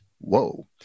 Whoa